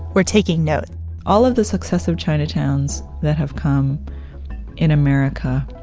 were taking note all of the success of chinatowns that have come in america,